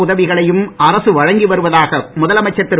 உதவிகளையும் அரசு வழங்கி வருவதாக முதலமைச்சர் திரு